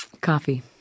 Coffee